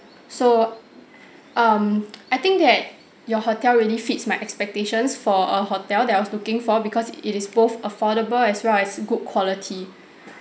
so um I think that your hotel really fits my expectations for a hotel that I was looking for because it is both affordable as well as good quality